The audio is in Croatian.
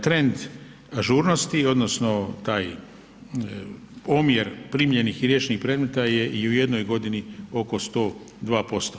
Trend ažurnosti odnosno taj omjer primljenih i riješenih predmeta je i u jednog godini oko 102%